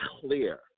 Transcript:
clear